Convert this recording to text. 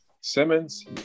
Simmons